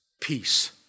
peace